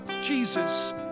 Jesus